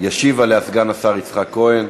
התשע"ה 2015,